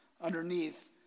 underneath